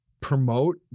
promote